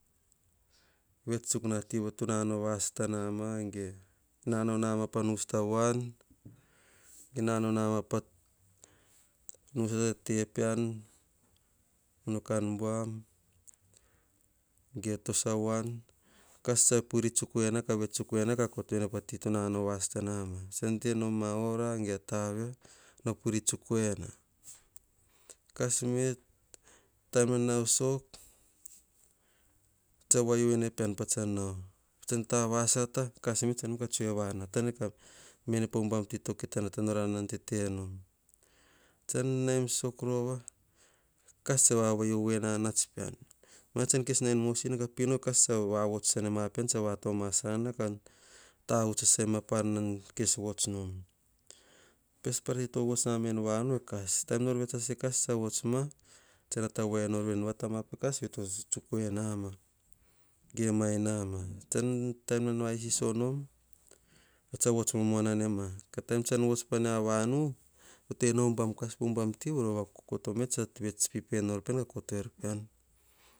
Vets tsuk nam ati tonanao vasata nama ge. Nano nama pa nugusa avoan ge nanao nama pa nugusa tete pean ge o kan buam kas tsa puiri tsuk ena ka kotoene pati to nanao vasata nama. Tenoma ma ora no puiri tsuk ene. Kas metim nan nauo sok tsa vau ene pean patsan nao tavasata. Kas me tsa tsoe vanata me en po hubam ti to kita nataror enana